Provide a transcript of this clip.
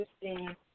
interesting